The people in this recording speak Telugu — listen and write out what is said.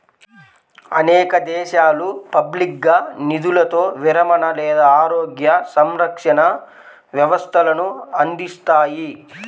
అనేక దేశాలు పబ్లిక్గా నిధులతో విరమణ లేదా ఆరోగ్య సంరక్షణ వ్యవస్థలను అందిస్తాయి